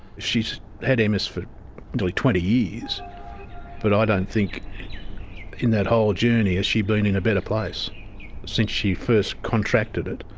she's had ms for nearly twenty years but i don't think in that whole journey has she been in a better place since she first contracted it.